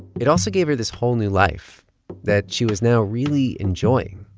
it also gave her this whole new life that she was now really enjoying.